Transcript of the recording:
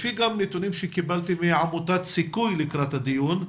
לפי נתונים שקיבלתי מעמותת "סיכוי" לקראת הדיון,